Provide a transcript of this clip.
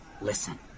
Listen